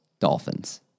Dolphins